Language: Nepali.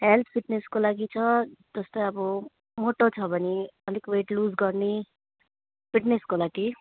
हेल्थ फिट्नेसको जस्तै अब मोटो छ भने अलिक वेट लुज गर्ने फिट्नेसको लागि